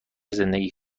زندگی